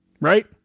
Right